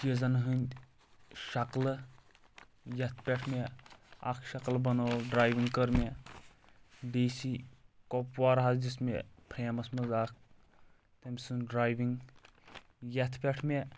چیٖزَن ہٕنٛدۍ شَکلہٕ یَتھ پٮ۪ٹھ مےٚ اَکھ شَکٕل بَنٲو ڈرٛایوِنٛگ کٔر مےٚ ڈی سی کۄپوارہَس دِژ مےٚ فرٛیمَس منٛز اَکھ تٔمۍ سٕنٛز ڈرٛایوِنٛگ یَتھ پٮ۪ٹھ مےٚ